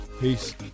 peace